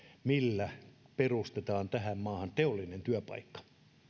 millä perustetaan tähän maahan teollinen työpaikka